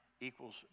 equals